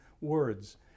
words